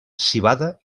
civada